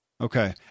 Okay